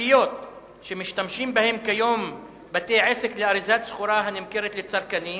השקיות שמשתמשים בהן כיום בתי-עסק לאריזת סחורה הנמכרת לצרכנים